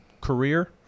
career